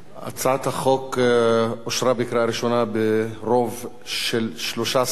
הצעת החוק אושרה בקריאה ראשונה ברוב של 13 תומכים,